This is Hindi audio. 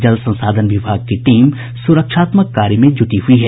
जल संसाधन विभाग की टीम सुरक्षात्मक कार्य में जुटी हुई है